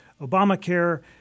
Obamacare